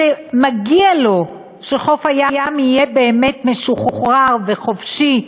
שמגיע לו שחוף הים יהיה באמת משוחרר וחופשי,